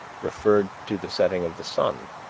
referred to the setting of the sun,